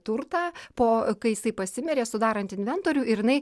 turtą po kai jisai pasimirė sudarant inventorių ir jinai